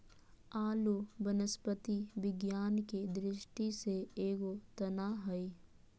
आलू वनस्पति विज्ञान के दृष्टि से एगो तना हइ